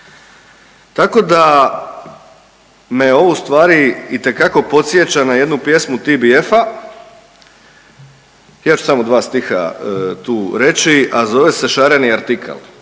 Tako da me ovo ustvari itekako podsjeća na jednu pjesmu TBF-a, ja ću samo dva stiha tu reći, a zove se „Šareni artikal“,